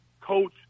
coach